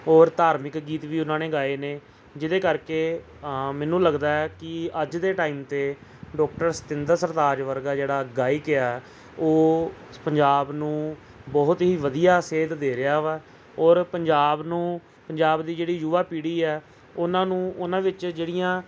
ਔਰ ਧਾਰਮਿਕ ਗੀਤ ਵੀ ਉਹਨਾਂ ਨੇ ਗਾਏ ਨੇ ਜਿਹਦੇ ਕਰਕੇ ਮੈਨੂੰ ਲੱਗਦਾ ਕਿ ਅੱਜ ਦੇ ਟਾਈਮ 'ਤੇ ਡਾਕਟਰ ਸਤਿੰਦਰ ਸਰਤਾਜ ਵਰਗਾ ਜਿਹੜਾ ਗਾਇਕ ਆ ਉਹ ਪੰਜਾਬ ਨੂੰ ਬਹੁਤ ਹੀ ਵਧੀਆ ਸੇਧ ਦੇ ਰਿਹਾ ਵਾ ਔਰ ਪੰਜਾਬ ਨੂੰ ਪੰਜਾਬ ਦੀ ਜਿਹੜੀ ਯੁਵਾ ਪੀੜ੍ਹੀ ਹੈ ਉਹਨਾਂ ਨੂੰ ਉਹਨਾਂ ਵਿੱਚ ਜਿਹੜੀਆਂ